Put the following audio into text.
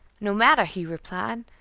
no matter, he replied,